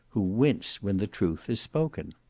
who wince when the truth is spoken.